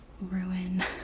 ruin